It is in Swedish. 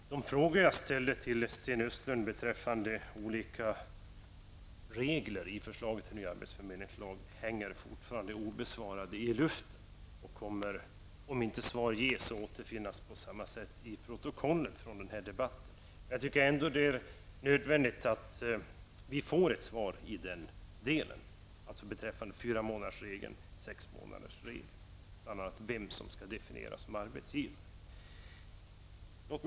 Herr talman! De frågor som jag ställde till Sten Östlund och som gällde olika regler beträffande förslaget till ny arbetsförmedlingslag är fortfarande obesvarade. Om svar inte ges nu, kommer det alltså att framgå av protokollet från den här debatten. Det är emellertid nödvändigt att vi får svar beträffande fyramånaders resp. sexmånadersregeln. Bl.a. handlar det om vem det är som skall definieras som arbetsgivare.